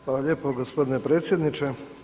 Hvala lijepo gospodine predsjedniče.